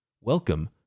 welcome